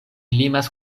limas